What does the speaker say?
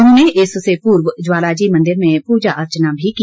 उन्होंने इससे पूर्व ज्वालाजी मंदिर में पूजा अर्चना भी की